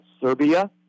Serbia